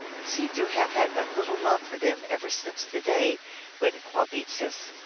seems to have had but little love for them ever since the day when qwah beetsis,